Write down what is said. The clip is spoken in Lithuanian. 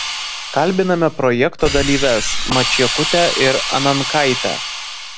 kalbiname projekto dalyves mačiekutę ir anankaitę